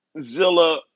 Zilla